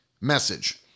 message